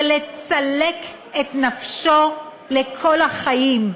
זה לצלק את נפשו לכל החיים.